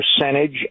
percentage